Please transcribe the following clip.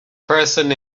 person